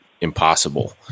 impossible